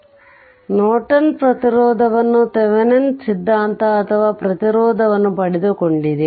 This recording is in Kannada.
ಆದ್ದರಿಂದ ನೋರ್ಟನ್ ಪ್ರತಿರೋಧವನ್ನು ಥೆವೆನಿನ್ಸ್ ಸಿದ್ಧಾಂತ ಅಥವಾ ಪ್ರತಿರೋಧವನ್ನು ಪಡೆದುಕೊಂಡಿದೆ